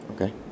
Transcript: Okay